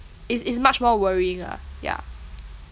it's it's much more worrying lah yeah